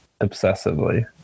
obsessively